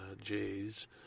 Jay's